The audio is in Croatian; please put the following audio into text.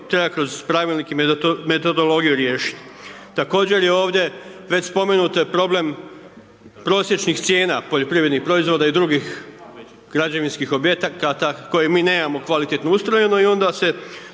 treba kroz Pravilnik i metodologiju riješit. Također je ovdje, već spomenuto je problem prosječnih cijena poljoprivrednih proizvoda i drugih građevinskih objekata koje mi nemamo kvalitetno ustrojeno i onda se